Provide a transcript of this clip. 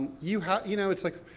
you have, you know, it's like,